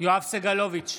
יואב סגלוביץ'